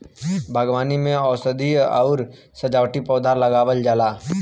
बागवानी में औषधीय आउर सजावटी पौधा लगावल जाला